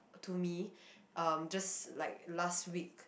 to me um just like last week